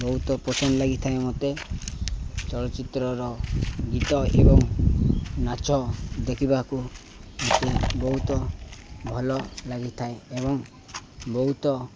ବହୁତ ପସନ୍ଦ ଲାଗିଥାଏ ମୋତେ ଚଳଚ୍ଚିତ୍ରର ଗୀତ ଏବଂ ନାଚ ଦେଖିବାକୁ ମୋତେ ବହୁତ ଭଲ ଲାଗିଥାଏ ଏବଂ ବହୁତ